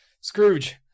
Scrooge